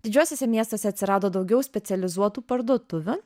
didžiuosiuose miestuose atsirado daugiau specializuotų parduotuvių